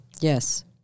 Yes